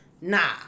nah